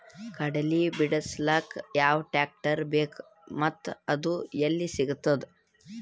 ಕಡಲಿ ಬಿಡಿಸಲಕ ಯಾವ ಟ್ರಾಕ್ಟರ್ ಬೇಕ ಮತ್ತ ಅದು ಯಲ್ಲಿ ಸಿಗತದ?